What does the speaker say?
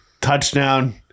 touchdown